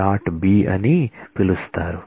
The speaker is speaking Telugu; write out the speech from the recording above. b అని పిలుస్తారు